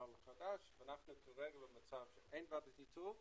ואנחנו כרגע במצב שאין ועדת איתור.